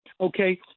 okay